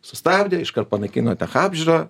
sustabdė iškart panaikino tech apžiūrą